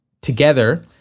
together